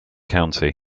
county